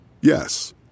Yes